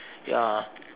ya